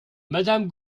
madame